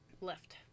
Left